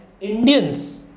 indians